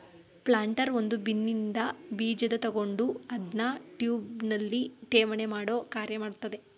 planter ಒಂದು ಬಿನ್ನಿನ್ದ ಬೀಜನ ತಕೊಂಡು ಅದ್ನ ಟ್ಯೂಬ್ನಲ್ಲಿ ಠೇವಣಿಮಾಡೋ ಕಾರ್ಯ ಮಾಡ್ತದೆ